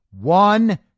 one